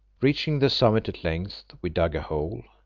reaching the summit at length, we dug a hole,